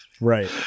Right